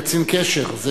קצין קשר.